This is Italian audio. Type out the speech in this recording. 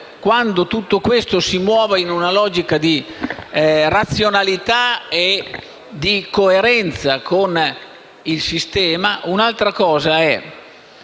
quando tutto questo si muova in una logica di razionalità e di coerenza con il sistema; un'altra è